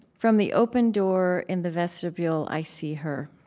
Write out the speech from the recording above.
from the open door in the vestibule, i see her.